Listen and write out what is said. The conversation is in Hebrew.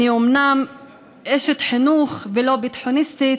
אני אומנם אשת חינוך ולא ביטחוניסטית,